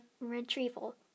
retrieval